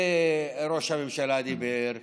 וראש הממשלה דיבר,